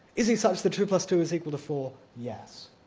is he such that two plus two is equal to four? yes.